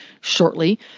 shortly